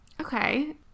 okay